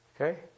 Okay